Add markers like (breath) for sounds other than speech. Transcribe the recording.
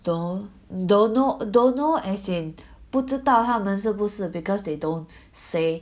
don't don't know don't know as in (breath) 不知道他们是不是 because they don't say